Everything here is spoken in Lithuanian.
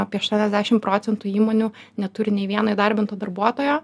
apie aštuoniasdešim procentų įmonių neturi nei vieno įdarbinto darbuotojo